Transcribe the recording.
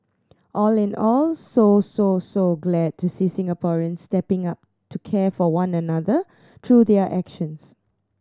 all in all so so so glad to see Singaporeans stepping up to care for one another through their actions